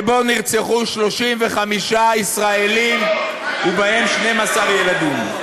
שבו נרצחו 35 ישראלים ובהם 12 ילדים.